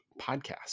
podcast